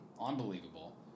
unbelievable